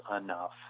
enough